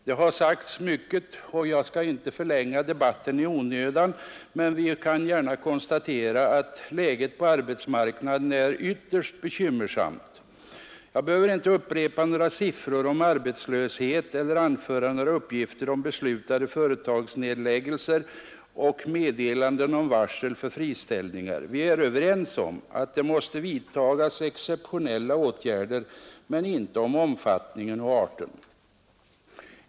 Det har sagts mycket, och jag skall inte förlänga debatten i onödan, men vi kan gärna konstatera att läget på arbetsmarknaden är ytterst bekymmersamt. Jag behöver inte upprepa några siffror om arbetslösheten eller anföra några uppgifter om beslutade företagsnedläggelser och meddelanden om varsel för friställningar. Vi är överens om att det måste vidtagas exceptionella åtgärder, men inte om omfattningen och arten.